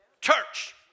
church